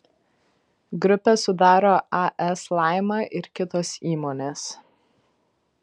grupę sudaro as laima ir kitos įmonės